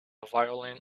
violin